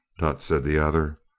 tut! said the other,